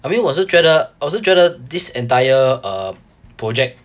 I mean 我是觉得我是觉得 this entire uh project